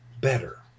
better